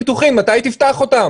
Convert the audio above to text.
פתחנו